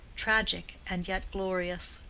tragic and yet glorious.